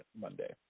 Monday